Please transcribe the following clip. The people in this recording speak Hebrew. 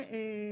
סליחה,